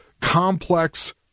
Complex